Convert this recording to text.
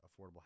affordable